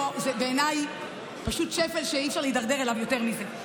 בעיניי פשוט שפל שאי-אפשר להידרדר אליו יותר מזה.